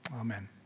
Amen